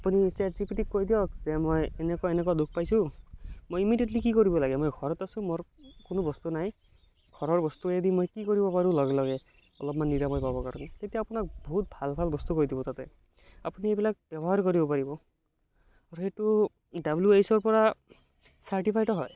আপুনি chat G P টিক কৈ দিয়ক যে মই এনেকুৱা এনেকুৱা দুখ পাইছোঁ মই ইমিডিয়েটলি কি কৰিব লাগে মই ঘৰত আছোঁ মোৰ কোনো বস্তু নাই ঘৰৰ বস্তুৱেদি মই কি কৰিব পাৰো লগে লগে অলপমান নিৰাময় পাবৰ কাৰণে তেতিয়া আপোনাক বহুত ভাল ভাল বস্তু কৈ দিব তাহাঁতে আপুনি সেইবিলাক ব্যৱহাৰ কৰিব পাৰিব সেইটো ডাব্লিও এইছ অ'ও পৰা ছাৰ্টিফাইডো হয়